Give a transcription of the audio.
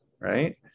right